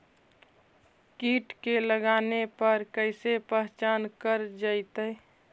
कीट के लगने पर कैसे पहचान कर जयतय?